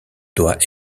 doit